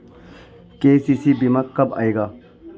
KCC बीमा कब आएगा?